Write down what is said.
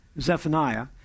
Zephaniah